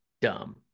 dumb